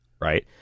right